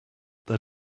their